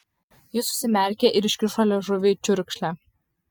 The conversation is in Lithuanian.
jis užsimerkė ir iškišo liežuvį į čiurkšlę